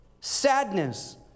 sadness